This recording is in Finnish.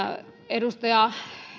edustaja